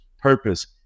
purpose